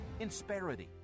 insperity